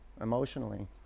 emotionally